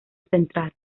central